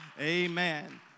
Amen